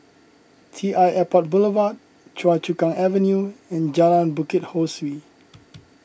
T I Airport Boulevard Choa Chu Kang Avenue and Jalan Bukit Ho Swee